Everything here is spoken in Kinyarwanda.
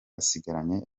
asigaranye